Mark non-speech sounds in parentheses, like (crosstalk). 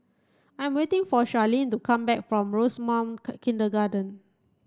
I am waiting for Charline to come back from Rosemount (unintelligible) Kindergarten